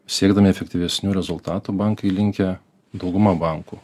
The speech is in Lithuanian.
siekdami efektyvesnių rezultatų bankai linkę dauguma bankų